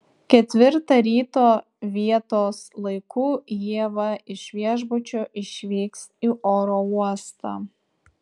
ketvirtą ryto vietos laiku ieva iš viešbučio išvyks į oro uostą